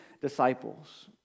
disciples